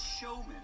showman